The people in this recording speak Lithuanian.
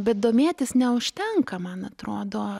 bet domėtis neužtenka man atrodo